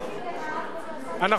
סליחה, אני הייתי בעד, וזה יצא נגד.